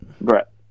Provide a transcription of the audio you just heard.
Brett